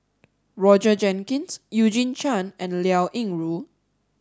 Roger Jenkins Eugene Chen and Liao Yingru